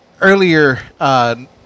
earlier